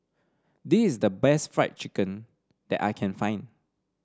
this is the best Fried Chicken that I can find